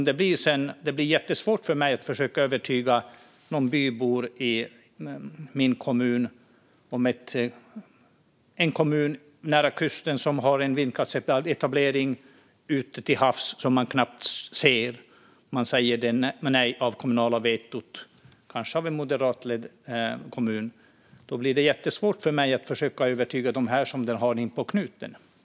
Det blir jättesvårt för mig att försöka övertyga några bybor i min kommun om det samtidigt finns en kommun - kanske moderatledd - nära kusten som ska få en vindkraftsetablering ute till havs som man knappt ser och säger nej till den med hänvisning till det kommunala vetot. Då blir det jättesvårt för mig att försöka övertyga dem som får en vindkraftsetablering inpå knuten.